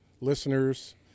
listeners